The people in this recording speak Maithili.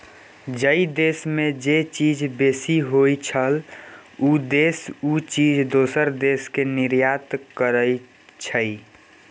जइ देस में जे चीज बेसी होइ छइ, उ देस उ चीज दोसर देस के निर्यात करइ छइ